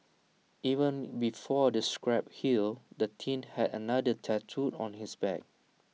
even before the scabs healed the teen had another tattooed on his back